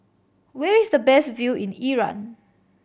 where is the best view in Iran